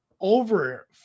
over